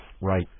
Right